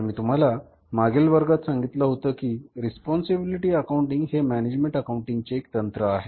तर मी तुम्हाला मागील वर्गात सांगितलं होत कि रेस्पॉन्सिबिलिटी अकाउंटिंग हि मॅनॅजमेन्ट अकाउंटिंग चे एक तंत्र आहे